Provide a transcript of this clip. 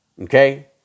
Okay